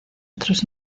otros